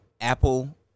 Apple